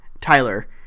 tyler